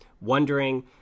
wondering